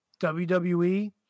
WWE